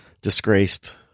disgraced